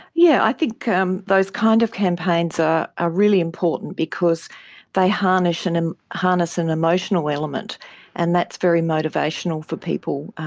yeah i think um those kind of campaigns are ah really important because they harness and and an and emotional element and that's very motivational for people.